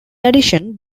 addition